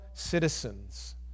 citizens